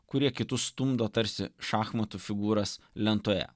kurie kitus stumdo tarsi šachmatų figūras lentoje